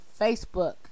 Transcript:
Facebook